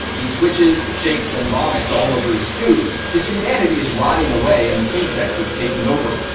he twitches, shakes, and vomits all over his food. his humanity is rotting away, and the insect is taking over.